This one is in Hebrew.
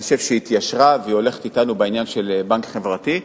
אני חושב שהיא התיישרה והיא הולכת אתנו בעניין של בנק חברתי,